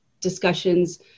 discussions